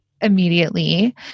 immediately